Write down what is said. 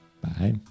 bye